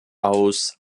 aus